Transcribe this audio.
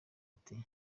ati